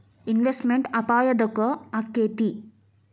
Investment ಅಪಾಯಾ ಯದಕ ಅಕ್ಕೇತಿ?